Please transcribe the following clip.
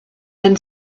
then